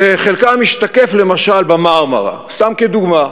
שחלקה משתקף למשל ב"מרמרה", סתם כדוגמה.